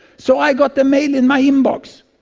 so i got the mail in my inbox.